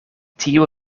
tiu